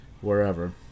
wherever